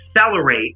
accelerate